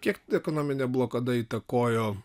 kiek ekonominė blokada įtakojo